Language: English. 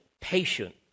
patient